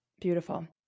Beautiful